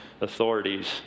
authorities